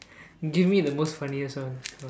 give me the most funniest one